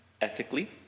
ethically